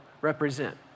represent